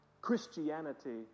Christianity